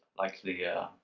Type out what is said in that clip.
like the ah.